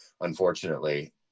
unfortunately